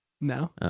No